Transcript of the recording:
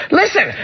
listen